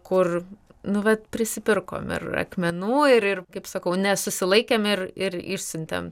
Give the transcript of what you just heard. kur nu vat prisipirkom ir akmenų ir ir kaip sakau nesusilaikėm ir ir išsiuntėm